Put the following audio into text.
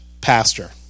pastor